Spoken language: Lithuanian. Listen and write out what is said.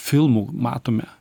filmu matome